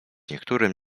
niektórym